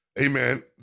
amen